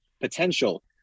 potential